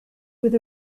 with